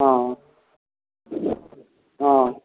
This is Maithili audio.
हँ हँ